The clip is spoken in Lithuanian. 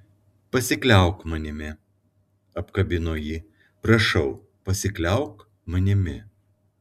pasikliauk manimi apkabino jį prašau pasikliauk manimi